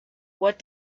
what